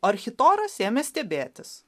architoras ėmė stebėtis